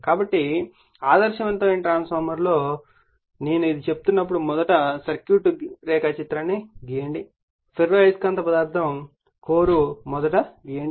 కాబట్టి ఆదర్శవంతమైన ట్రాన్స్ఫార్మర్లో నేను ఇది చెప్తున్నప్పుడు మొదట సర్క్యూట్ రేఖాచిత్రాన్ని గీయండి ఫెర్రో అయస్కాంత పదార్థం కోర్ మొదట వైండింగ్ ను గీయండి